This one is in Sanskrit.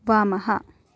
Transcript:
वामः